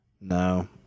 No